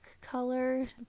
color